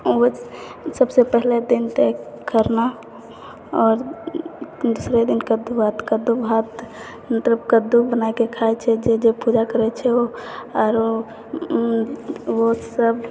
ओहि सबसँ पहिले दिन तऽ खरना आओर दोसरे दिन कद्दू भात कद्दू भात मतलब कद्दू बनाइके खाइ छै जे जे पूजा करै छै ओ आओर ओसब